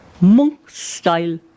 monk-style